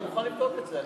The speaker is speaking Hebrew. אני מוכן לבדוק את זה.